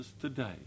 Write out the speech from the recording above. today